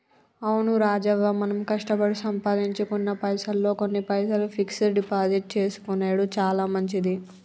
అవును రాజవ్వ మనం కష్టపడి సంపాదించుకున్న పైసల్లో కొన్ని పైసలు ఫిక్స్ డిపాజిట్ చేసుకొనెడు చాలా మంచిది